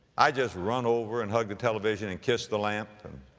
i just run over and hug the television and kiss the lamp and